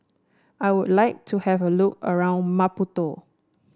I would like to have a look around Maputo